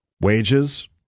wages